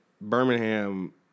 Birmingham